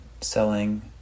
selling